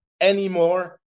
anymore